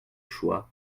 choix